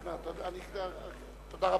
תודה רבה.